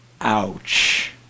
Ouch